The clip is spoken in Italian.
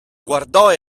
guardò